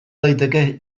daiteke